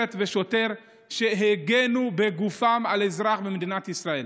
ושוטר שהגנו בגופם על אזרח במדינת ישראל.